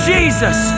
Jesus